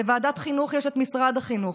לוועדת החינוך יש את משרד החינוך.